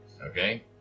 Okay